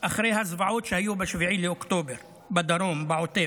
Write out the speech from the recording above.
אחרי הזוועות שהיו ב-7 באוקטובר בדרום, בעוטף: